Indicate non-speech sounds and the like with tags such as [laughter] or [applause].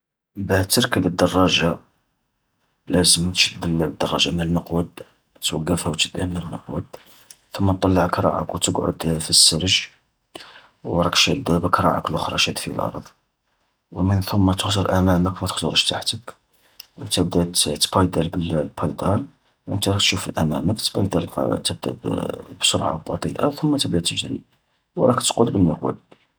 باه تركب الدراجة، لازم تشد الدراجة من المقود، توقفها وتشدها من المقود، ثم تطلع كراعك وتقعد في السرج، وراك شادها بكراعك لخرا شاد في لارض. ومن ثم تخزر أمامك متخزرش تحتك، وتبدا ت-تبيدل بالبايدال، ونتا راك تشوف أمامك، تبايدل تبدا [hesitation] بسرعة بطيئة، ثم تبدا تجري، وراك تقود بالمقود.